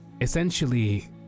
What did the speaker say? essentially